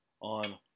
on